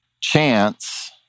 Chance